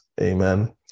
Amen